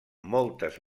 moltes